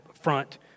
front